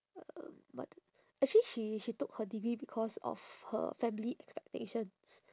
um what d~ actually she she took her degree because of her family expectations